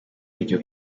iryo